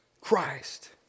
Christ